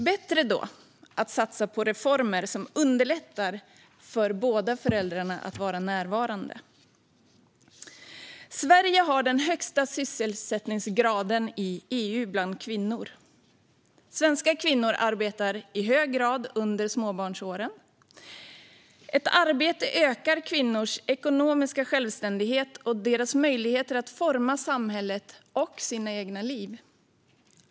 Bättre då är att satsa på reformer som underlättar för båda föräldrarna att vara närvarande. Sverige har den högsta sysselsättningsgraden i EU bland kvinnor. Svenska kvinnor arbetar i hög grad under småbarnsåren. Ett arbete ökar kvinnors ekonomiska självständighet och deras möjligheter att forma samhället och sina egna liv.